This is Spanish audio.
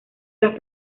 las